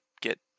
get